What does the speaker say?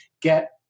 get